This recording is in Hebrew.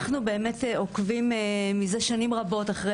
אנחנו באמת עוקבים מזה שנים רבות אחרי